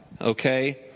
Okay